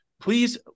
Please